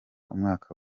umwaka